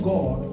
God